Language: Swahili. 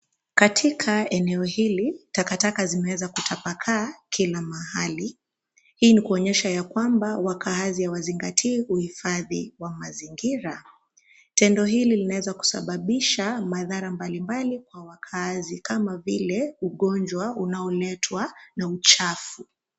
Katika eneo hili, takataka zimeweza kutapakaa kila mahali. Hii ni kuonyesha ya kwamba wakaazi hawazingatii uhifadhi wa mazingira. Tendo hili linaweza kusubabisha madhara mbalimbali kwa wakaazi kama vile, ugonjwa unaoletwa na uchafu.